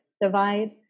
divide